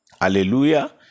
Hallelujah